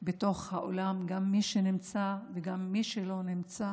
בתוך האולם, גם מי שנמצא וגם מי שלא נמצא,